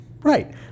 Right